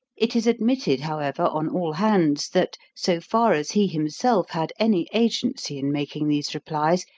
it is admitted, however, on all hands, that, so far as he himself had any agency in making these replies,